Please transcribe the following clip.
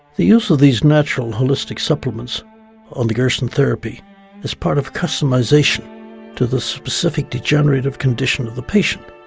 the use of these natural, holistic supplements on the gerson therapy is part of customization to the specific degenerative conditions of the patient.